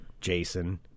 Jason